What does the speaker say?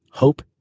hope